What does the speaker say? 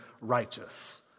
righteous